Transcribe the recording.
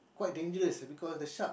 quite dangerous because the shark